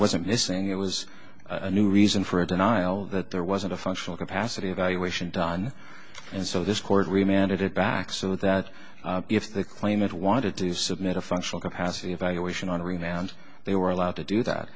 wasn't missing it was a new reason for a denial that there wasn't a functional capacity evaluation done and so this court remained it back so that if the claimant wanted to submit a functional capacity evaluation on remand they were allowed to do that